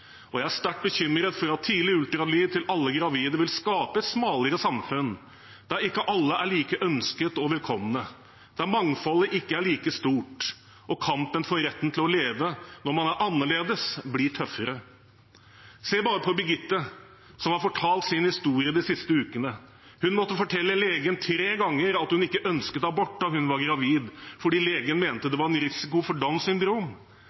Jeg er sterkt bekymret for at tidlig ultralyd til alle gravide vil skape et smalere samfunn, der ikke alle er like ønsket og velkomne, der mangfoldet ikke er like stort, og kampen for retten til å leve når man er annerledes, blir tøffere. Se bare på Birgitte, som har fortalt sin historie de siste ukene. Hun måtte fortelle legen tre ganger at hun ikke ønsket abort da hun var gravid, fordi legen mente det var en risiko for